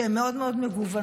שהן מאוד מאוד מגוונות,